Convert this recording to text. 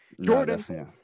Jordan